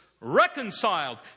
reconciled